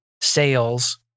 sales